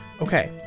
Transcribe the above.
okay